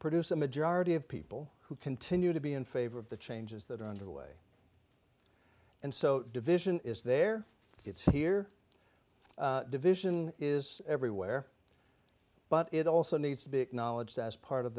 produce a majority of people who continue to be in favor of the changes that are underway and so division is there it's here division is everywhere but it also needs to be acknowledged as part of